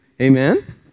Amen